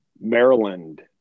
Maryland